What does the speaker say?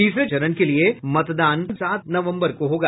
तीसरे चरण के लिए मतदान सात नवम्बर को होगा